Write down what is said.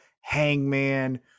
Hangman